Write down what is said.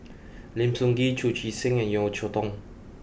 Lim Sun Gee Chu Chee Seng and Yeo Cheow Tong